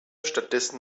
stattdessen